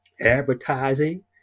advertising